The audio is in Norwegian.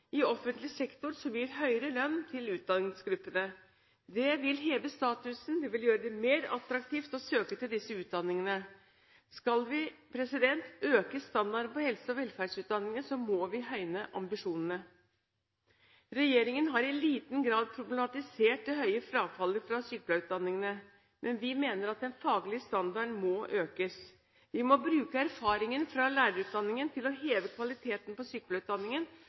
i offentlig sektor som gir høyere lønn til utdanningsgruppene. Det vil heve statusen. Det vil gjøre det mer attraktivt å søke til disse utdanningene. Skal vi øke standarden på helse- og velferdsutdanningene, må vi høyne ambisjonene. Regjeringen har i liten grad problematisert det høye frafallet fra sykepleierutdanningen. Vi mener at den faglige standarden må økes. Vi må bruke erfaringen fra lærerutdanningen til å heve kvaliteten på